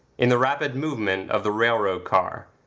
in the rapid movement of the rail-road car!